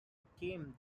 became